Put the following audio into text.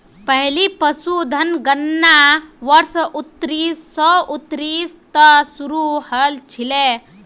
पहली पशुधन गणना वर्ष उन्नीस सौ उन्नीस त शुरू हल छिले